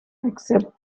except